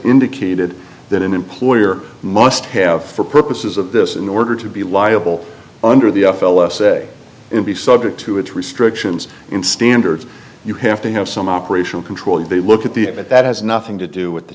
indicated that an employer must have for purposes of this in order to be liable under the f l s say and be subject to its restrictions in standards you have to have some operational control and they look at the ad but that has nothing to do with the